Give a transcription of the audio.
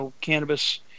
cannabis